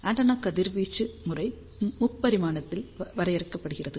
antenna கதிர்வீச்சு முறை முப்பரிமாணத்தில் வரையறுக்கப்படுகிறது